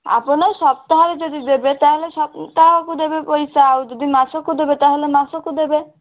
ଆପନ ସପ୍ତାହରେ ଯଦି ଦେଵେ ତାହାହେଲେ ସପ୍ତାହକୁ ଦେବେ ପଇସା ଆଉ ଯଦି ମାସକୁ ଦେବେ ପଇସା ତାହାହେଲେ ମାସକୁ ଦେବେ